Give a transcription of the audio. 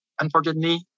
Unfortunately